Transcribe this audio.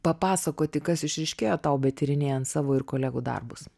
papasakoti kas išryškėjo tau betyrinėjant savo ir kolegų darbus